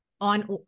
on